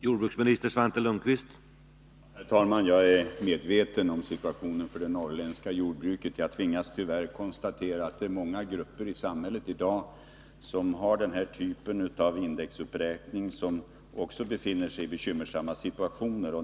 Herr talman! Jag är medveten om situationen för det norrländska jordbruket. Jag tvingas tyvärr konstatera att det i dag är många grupper i samhället som har denna typ av indexuppräkning och som också befinner sig i bekymmersamma situationer.